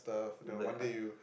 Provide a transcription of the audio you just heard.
and like I